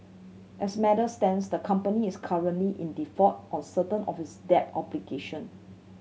as matters stands the company is currently in default on certain of its debt obligation